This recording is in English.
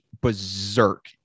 berserk